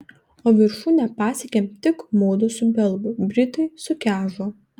o viršūnę pasiekėm tik mudu su belgu britai sukežo